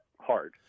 hard